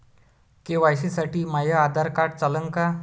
KYC साठी माह्य Aadhaar card चालन का?